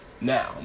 Now